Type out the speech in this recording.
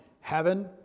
heaven